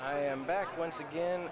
i am back once again